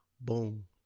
Boom